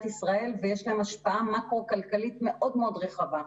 ישראל ויש להן השפעה מקרו-כלכלית מאוד-מאוד רחבה,